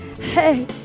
Hey